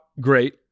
great